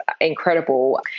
incredible